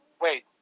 wait